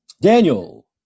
Daniel